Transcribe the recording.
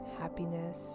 happiness